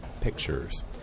pictures